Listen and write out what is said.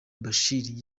bashir